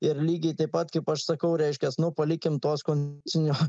ir lygiai taip pat kaip aš sakau reiškias nu palikim tos kon sinio